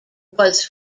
was